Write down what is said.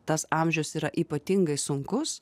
tas amžius yra ypatingai sunkus